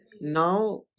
now